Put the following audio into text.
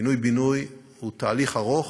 פינוי-בינוי הוא תהליך ארוך,